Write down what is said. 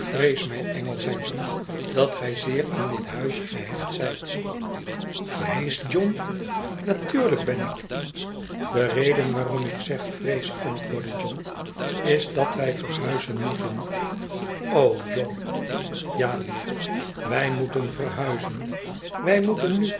mijn engel zei john dat gij zeer aan dit huisje gehecht zijt vrees john natuurlijk ben ik de reden waarom ik zeg vrees antwoordde john is dat wij verhuizen moeten o john ja lieve wij moeten verhuizen wij moeten nu